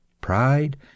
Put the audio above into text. pride